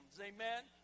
amen